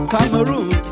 Cameroon